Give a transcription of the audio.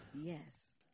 Yes